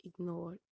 ignore